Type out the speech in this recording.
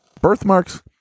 birthmarks